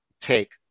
take